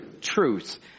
truth